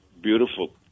beautiful